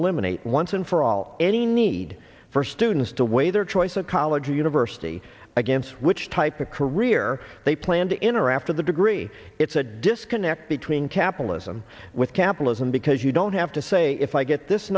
eliminate once and for all any need for students to weigh their choice of college or university against which type of career they planned in or after the degree it's a disconnect between capitalism with capitalism because you don't have to say if i get this